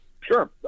Sure